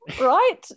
right